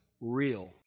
real